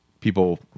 People